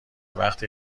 وقتی